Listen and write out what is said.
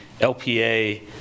LPA